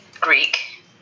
Greek